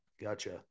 Gotcha